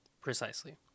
Precisely